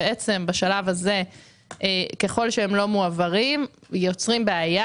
בשלב הזה ככל שהם לא מועברים נוצרת בעיה,